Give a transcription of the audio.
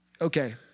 Okay